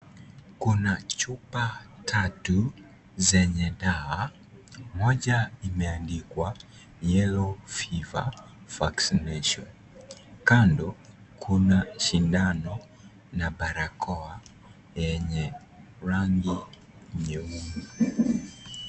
Kuna chupa tatu zenye dawa. Moja imeandikwa yellow fever vaccination . Kando kuna sindano na barakoa yenye rangi nyeusi.